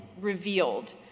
revealed